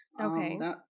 Okay